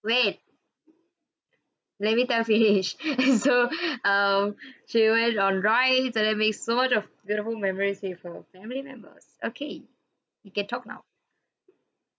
wait let me tell finish so um she went on rides and then make so much of beautiful memories with her family members okay you can talk now